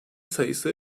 sayısı